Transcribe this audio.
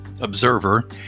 observer